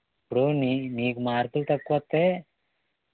ఇప్పుడు నీ నీకు మార్కులు తక్కువ వస్తే